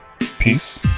peace